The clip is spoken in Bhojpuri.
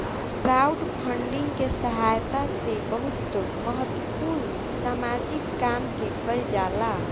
क्राउडफंडिंग के सहायता से बहुत महत्वपूर्ण सामाजिक काम के कईल जाला